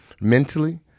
mentally